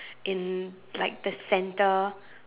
in like the centre